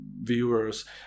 viewers